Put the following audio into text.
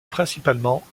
principalement